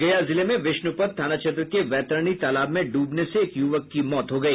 गया जिले में विष्णुपद थाना क्षेत्र के वैतरणी तालाब में डूबने से एक युवक की मौत हो गई